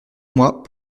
mois